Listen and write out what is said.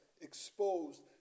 exposed